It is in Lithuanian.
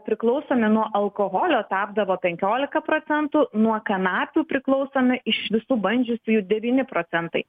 priklausomi nuo alkoholio tapdavo penkiolika procentų nuo kanapių priklausomi iš visų bandžiusiųjų devyni procentai